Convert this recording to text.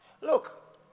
Look